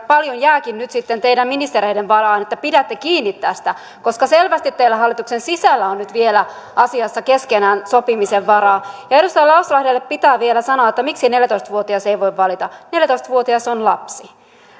paljon jääkin nyt sitten teidän ministereiden varaan että pidätte kiinni tästä koska selvästi teillä hallituksen sisällä on nyt vielä asiassa keskenänne sopimisen varaa edustaja lauslahdelle pitää vielä sanoa miksi neljätoista vuotias ei voi valita neljätoista vuotias on lapsi